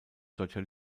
deutscher